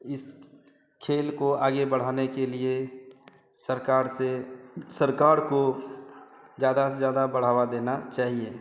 इस खेल को आगे बढ़ाने के लिए सरकार से सरकार को ज़्यादा से ज़्यादा बढ़ावा देना चाहिए